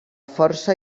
força